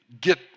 get